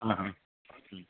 അ അ മ്